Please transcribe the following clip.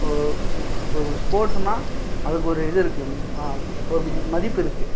ஒரு ம் இப்போ ஒரு ஸ்போர்ட்ஸுனா அதுக்கு ஒரு இது இருக்குது மா ஒரு மதிப்பு இருக்குது